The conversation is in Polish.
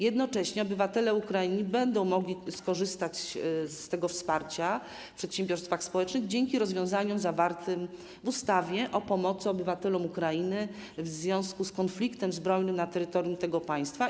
Jednocześnie obywatele Ukrainy będą mogli skorzystać z tego wsparcia w przedsiębiorstwach społecznych dzięki rozwiązaniom zawartym w ustawie o pomocy obywatelom Ukrainy w związku z konfliktem zbrojnym na terytorium tego państwa.